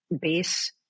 base